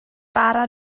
bara